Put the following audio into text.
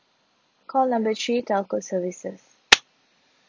call number three telco services